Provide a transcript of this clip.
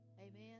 amen